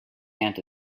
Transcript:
ant